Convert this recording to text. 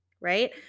right